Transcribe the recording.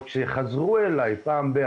כשחזרו אלי פעם ב-,